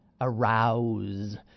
arouse